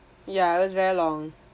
ya it was very long